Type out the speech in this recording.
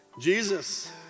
Jesus